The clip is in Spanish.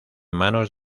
manos